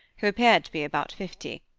who appeared to be about fifty.